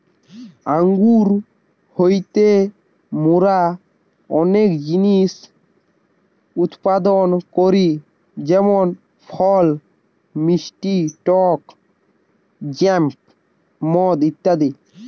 আঙ্গুর হইতে মোরা অনেক জিনিস উৎপাদন করি যেমন ফল, মিষ্টি টক জ্যাম, মদ ইত্যাদি